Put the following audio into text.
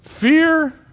Fear